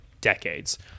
decades